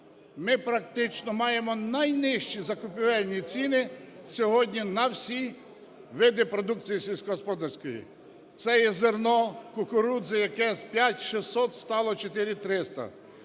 Ми практично маємо найнижчі закупівельні ціни сьогодні на всі види продукції сільськогосподарської: це є зерно кукурудзи, яке з 5.600 стало 4.300,